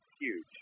huge